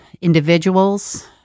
individuals